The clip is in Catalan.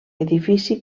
edifici